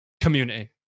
community